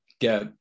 get